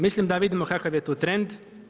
Mislim da vidimo kakav je tu trend.